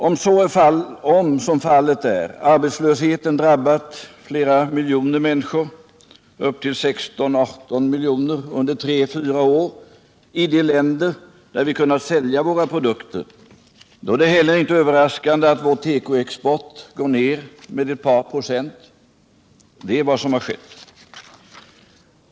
Om, som fallet är, arbetslösheten drabbar upp till 16-18 miljoner människor under 3-4 år i de länder där vi kunnat sälja våra produkter, är det heller inte överraskande att vår tekoexport gått ner med ett par procent. Det är vad som har skett.